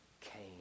Cain